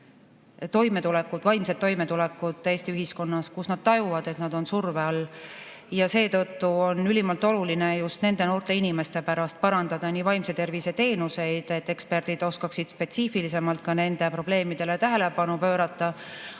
noorte vaimset toimetulekut Eesti ühiskonnas, kus nad tajuvad, et nad on surve all. Seetõttu on ülimalt oluline just nende noorte inimeste pärast parandada nii vaimse tervise teenuseid, et eksperdid oskaksid spetsiifilisemalt ka nendele probleemidele tähelepanu pöörata,